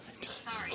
Sorry